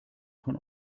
von